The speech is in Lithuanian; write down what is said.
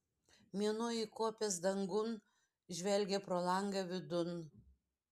mėnuo įkopęs dangun žvelgia pro langą vidun